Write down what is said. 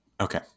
Okay